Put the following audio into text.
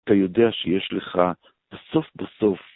אתה יודע שיש לך, בסוף בסוף.